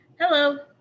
hello